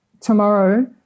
tomorrow